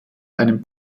einem